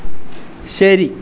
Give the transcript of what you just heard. ശരി